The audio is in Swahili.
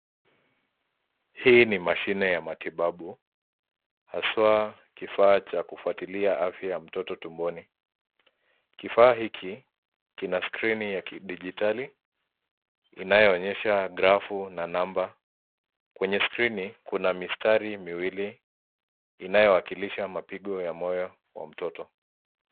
Hii ni mashine ya matibabu haswa kifaa cha kufwatilia afya ya mtoto tumboni. Kifaa hiki kina skrini ya kidigitali inaonyesha kirafu na namba. Kwenye skrini kuna mistari miwili inaowakilisha mapigo ya moyo wa mtoto.